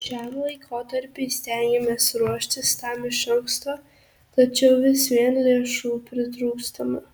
šiam laikotarpiui stengiamės ruoštis tam iš anksto tačiau vis vien lėšų pritrūkstama